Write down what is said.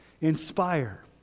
Inspire